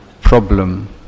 problem